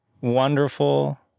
Wonderful